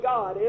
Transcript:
God